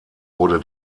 wurde